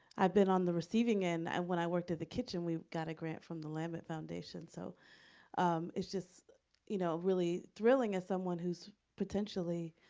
i've been on the receiving end and when i worked at the kitchen, we got a grant from the lambent foundation, so it's just you know really thrilling as someone who's potentially,